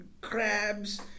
crabs